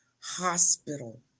hospital